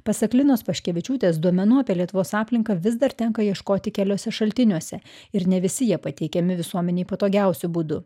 pasak linos paškevičiūtės duomenų apie lietuvos aplinką vis dar tenka ieškoti keliuose šaltiniuose ir ne visi jie pateikiami visuomenei patogiausiu būdu